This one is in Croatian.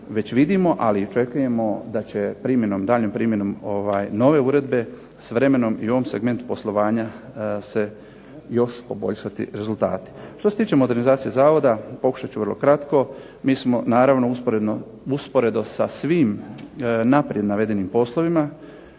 već vidimo ali i očekujemo da će, primjenom, daljnjom primjenom nove uredbe s vremenom i u ovom segmentu poslovanja se još poboljšati rezultati. Što se tiče modernizacije Zavoda pokušat ću vrlo kratko. Mi smo naravno usporedo sa svim naprijed navedenim poslovima